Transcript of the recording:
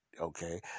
okay